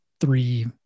three